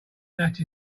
that